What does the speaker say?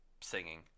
singing